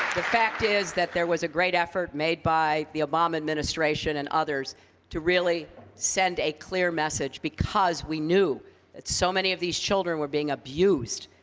the fact is that there was a great effort made by the obama administration and others to really send a clear message, because we knew that so many of these children were being abused,